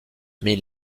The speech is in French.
mais